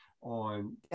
on